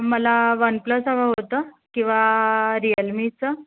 मला OnePlus हवा होता किंवा रिअलमी चा